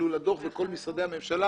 בתכלול הדוח וכל משרדי הממשלה